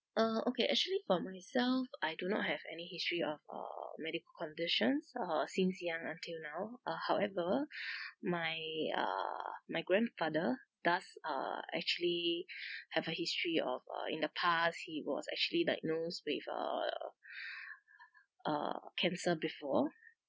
uh okay actually for myself I do not have any history of uh medical conditions uh since young until now uh however my uh my grandfather does uh actually have a history of uh in the past he was actually diagnosed with uh uh cancer before